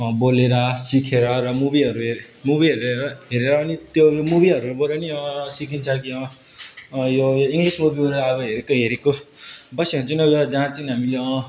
बोलेर सिकेर र मुभीहरू हेरे मुभीहरू हेरेर हेरेर अनि त्यो मुभीहरूबाट पनि सिकिन्छ कि यो इङ्लिस मुभीहरू यो अब हेरेको हेरेको बस्यो भने चाहि्ँ जहाँ चाहिँ हामीले